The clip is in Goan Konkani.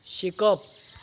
शिकप